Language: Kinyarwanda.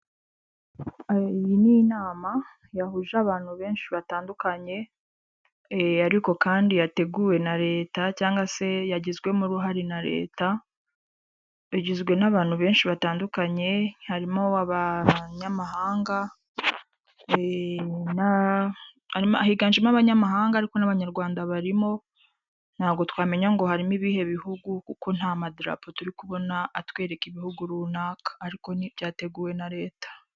Iyi ni inama yahuje abantu benshi batandukanye ariko kandi yateguwe na leta cyangwa se yagizwemo uruhare na leta, igizwe n'abantu benshi batandukanye, harimo abanyamahanga, higanjemo abanyamahanga ariko n'abanyarwanda barimo, ntabwo twamenya ngo harimo ibihe bihugu kuko nta madarapo turi kubona atwereka ibihugu runaka ariko ntibyateguwe na leta.